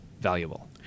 valuable